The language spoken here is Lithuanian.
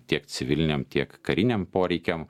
tiek civiliniam tiek kariniam poreikiam